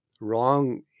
wrong